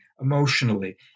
emotionally